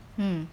mm